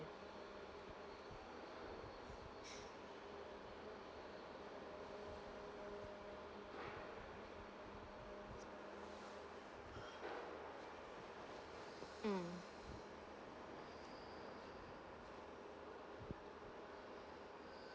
mm